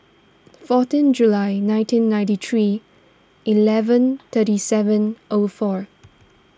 fourteen July nineteen ninety three eleven thirty seven O four